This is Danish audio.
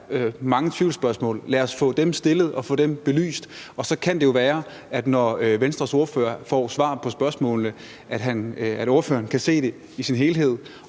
mange tvivlsspørgsmål. Lad os få dem stillet og få dem belyst, og så kan det være, at Venstres ordfører, når han får svar på spørgsmålene, kan se det i sin helhed